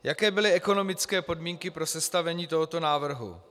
Jaké byly ekonomické podmínky pro sestavení tohoto návrhu?